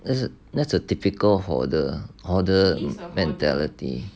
that's a that's a typical hoarder hoarder mentality